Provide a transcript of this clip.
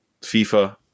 FIFA